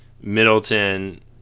Middleton